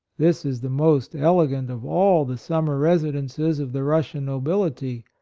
this is the most elegant of all the summer resi dences of the russian nobility,